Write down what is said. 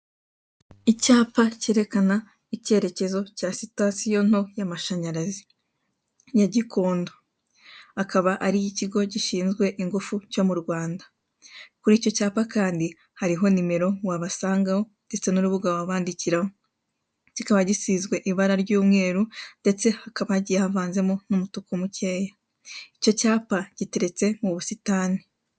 Icyapa cyerekana icyerekezo cya sitasiyo nto y'amashanyarazi ya Gikondo. Akaba ari iy'ikigo gishinzwe ingufu cyo mu Rwanda. Kuri icyo cyapa kandi hariho nimero wabasangaho ndetse n'urubuga wabandikiraho. Kikaba gisizwe ibara ry'umweru ndetse hakaba hagiye havanzemo n'umutuku mukeya. Icyo cyapa giteretse mu busitani.